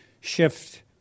shift